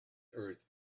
earth